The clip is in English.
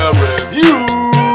review